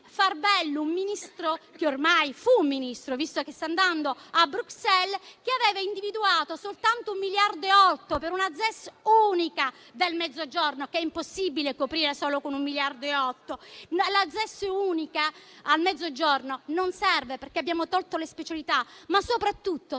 far bello un Ministro - che ormai fu Ministro, visto che sta andando a Bruxelles - che aveva individuato soltanto 1,8 miliardi per una ZES unica del Mezzogiorno, che è impossibile coprire solo con tale importo. La ZES unica al Mezzogiorno non serve, perché abbiamo tolto le specialità, ma soprattutto senza